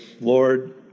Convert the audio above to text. Lord